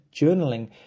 journaling